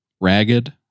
ragged